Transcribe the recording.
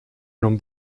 non